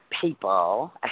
people